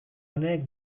honek